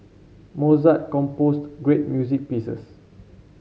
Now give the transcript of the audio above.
Mozart composed great music pieces